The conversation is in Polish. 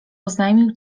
oznajmił